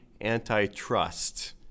Antitrust